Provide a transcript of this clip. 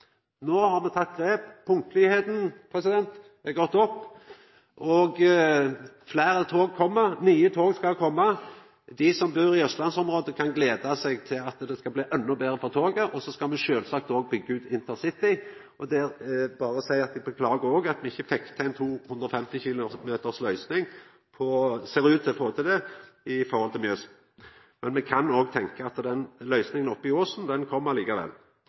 har me teke grep. Punktlegheita har gått opp, fleire tog kjem, og nye tog skal koma. Dei som bur i østlandsområdet, kan gleda seg til at det skal bli endå betre på toget, og så skal me sjølvsagt òg byggja ut intercity. Det er berre å seia òg at me beklagar at me ikkje fekk til ei 250 km/t-løysing – ser det ut til – langs Mjøsa. Men me kan òg tenkja at den løysinga oppi åsen kan koma likevel. I Nord-Noreg satsar me på Nordlandsbanen. Me brukar 100 mill. kr på å